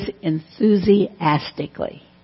enthusiastically